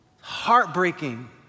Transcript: Heartbreaking